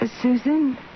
Susan